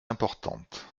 importante